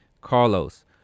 Carlos